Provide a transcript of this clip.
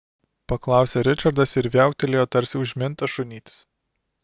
paklausė ričardas ir viauktelėjo tarsi užmintas šunytis